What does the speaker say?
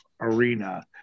arena